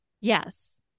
Yes